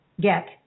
get